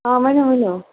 آ ؤنِو ؤنِو